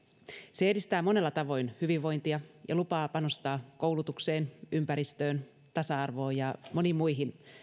se edistää monella tavoin hyvinvointia ja lupaa panostaa koulutukseen ympäristöön tasa arvoon ja moniin muihin